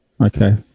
Okay